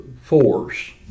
force